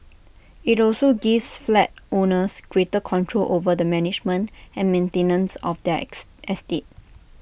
IT also gives flat owners greater control over the management and maintenance of their ex estate